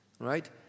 right